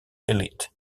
elite